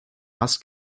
hast